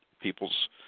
People's